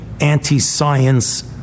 anti-science